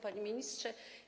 Panie Ministrze!